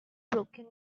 broken